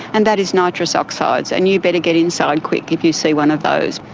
and that is nitrous oxide, and you better get inside quick if you see one of those.